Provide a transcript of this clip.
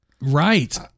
Right